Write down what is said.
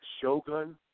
Shogun